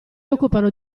occupano